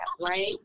right